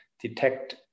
detect